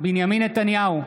בנימין נתניהו,